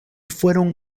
fueron